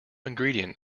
ingredient